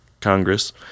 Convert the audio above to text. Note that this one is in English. Congress